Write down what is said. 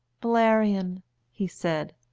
valerian! he said,